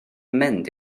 mynd